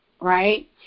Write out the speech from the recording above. right